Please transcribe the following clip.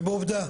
ובעובדה,